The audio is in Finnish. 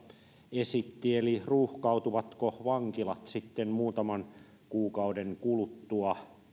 esitti ruuhkautuvatko vankilat sitten muutaman kuukauden kuluttua